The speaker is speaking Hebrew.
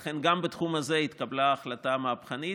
לכן, גם בתחום הזה התקבלה החלטה מהפכנית.